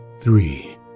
three